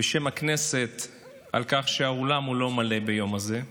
בשם הכנסת על כך שהאולם לא מלא ביום הזה.